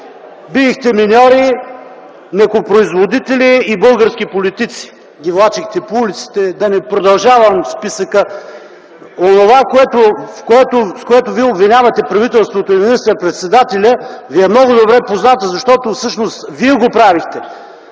Биехте миньори, млекопроизводители и български политици – ги влачихте по улиците, така че да не продължавам списъка. Онова, в което Вие обвинявате правителството и министър-председателя, Ви е много добре познато, защото всъщност вие го правехте.